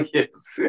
Yes